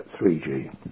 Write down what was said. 3G